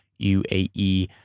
UAE